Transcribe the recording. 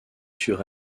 sur